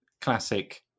classic